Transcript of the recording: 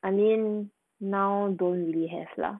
I mean now don't really have lah